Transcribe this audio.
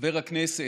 חבר הכנסת,